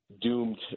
doomed